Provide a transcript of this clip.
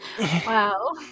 Wow